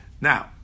Now